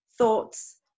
thoughts